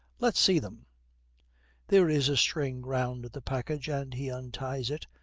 let's see them there is a string round the package, and he unties it,